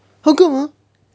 how come ah